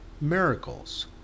miracles